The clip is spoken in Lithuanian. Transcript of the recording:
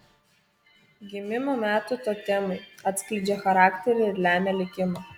gimimo metų totemai atskleidžia charakterį ir lemia likimą